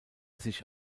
sich